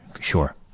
sure